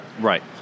right